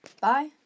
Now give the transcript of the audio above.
Bye